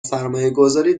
سرمایهگذاری